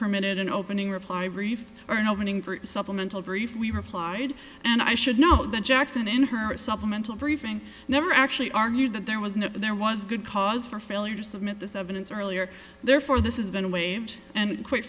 permitted an opening reply brief or an opening for supplemental brief we replied and i should know that jackson in her supplemental briefing never actually argued that there was no there was good cause for failure to submit this evidence earlier therefore this is been waived and quite